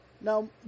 Now